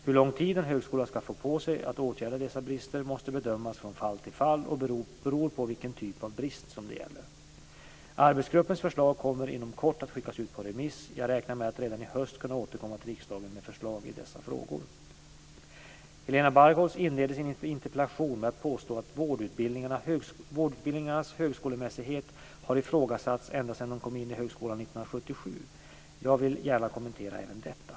Hur lång tid en högskola ska få på sig att åtgärda dessa brister måste bedömas från fall till fall och bero på vilken typ av brist det gäller. Arbetsgruppens förslag kommer inom kort att skickas ut på remiss. Jag räknar med att redan i höst kunna återkomma till riksdagen med förslag i dessa frågor. Helena Bargholtz inleder sin interpellation med att påstå att vårdutbildningarnas högskolemässighet har ifrågasatts ända sedan de kom in i högskolan 1977. Jag vill gärna kommentera även detta.